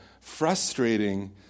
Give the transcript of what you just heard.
frustrating